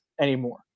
anymore